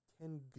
ten